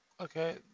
Okay